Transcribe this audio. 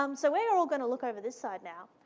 um so we're all gonna look over this side now.